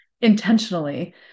intentionally